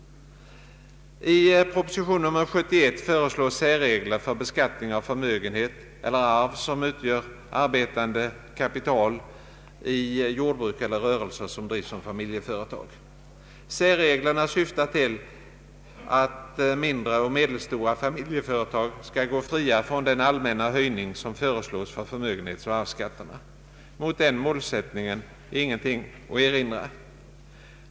I proposition nr 71 föreslås särregler för beskattning av förmögenhet eller arv som utgör arbetande kapital i jordbruk och rörelser som drivs som familjeföretag. Särreglerna syftar till att mindre och medelstora familjeföretag skall gå fria från den allmänna höjning som föreslås för förmögenhetsoch arvs” skatterna. Mot den målsättningen är ingenting att erinra.